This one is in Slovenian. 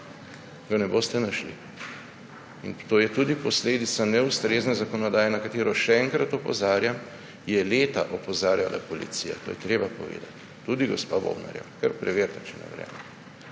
Ga ne boste našli. To je tudi posledica neustrezne zakonodaje, na katero, še enkrat opozarjam, je leta opozarjala policija, to je treba povedati. Tudi gospa Bobnarjeva, kar preverite, če ne verjamete.